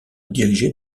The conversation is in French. diriger